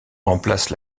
remplace